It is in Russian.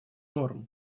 норм